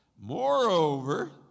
Moreover